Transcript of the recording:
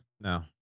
No